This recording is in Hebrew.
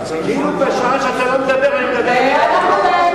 כאילו בשעה שאתה לא מדבר אני מדבר לשון הרע.